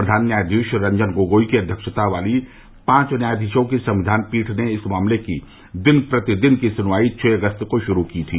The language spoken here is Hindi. प्रधान न्यायाधीश रंजन गोगोई की अध्यक्षता वाली पांच न्यायाधीशों की संविधान पीठ ने इस मामले की दिन प्रतिदिन की सुनवाई छह अगस्त को शुरू की थी